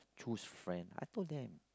choose friend I told them